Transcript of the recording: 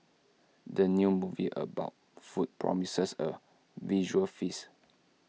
the new movie about food promises A visual feast